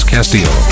Castillo